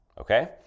Okay